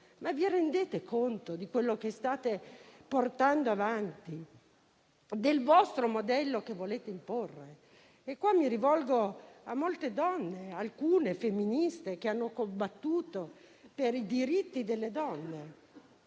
Ma vi rendete conto di quello che state portando avanti, del modello che volete imporre? Mi rivolgo poi a molte donne, alcune femministe, che hanno combattuto per i diritti delle donne.